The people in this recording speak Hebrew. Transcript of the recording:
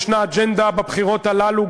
ישנה אג'נדה בבחירות הללו,